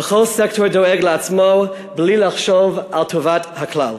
וכל סקטור דואג לעצמו בלי לחשוב על טובת הכלל.